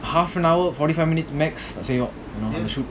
half an hour forty five minutes max செய்ரோம்:seirom